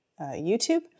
YouTube